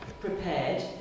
prepared